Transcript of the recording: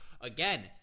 again